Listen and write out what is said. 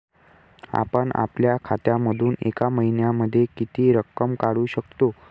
आपण आपल्या खात्यामधून एका महिन्यामधे किती रक्कम काढू शकतो?